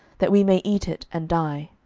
that we may eat it, and die.